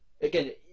again